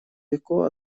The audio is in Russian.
легко